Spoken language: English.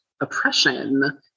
oppression